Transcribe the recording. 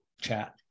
chat